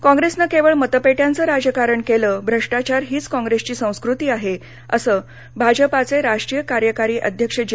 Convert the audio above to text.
काँग्रेसनं केवळ मतपेट्याचं राजकारण केलं भ्रष्टाचार हीच काँग्रेसची संस्कृती आहे असं भाजपाचे राष्ट्रीय कार्यकारी अध्यक्ष जे